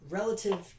relative